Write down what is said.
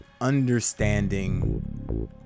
understanding